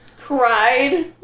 Cried